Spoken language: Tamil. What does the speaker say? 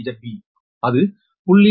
8ZBஅது 0